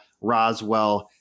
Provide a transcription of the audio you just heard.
Roswell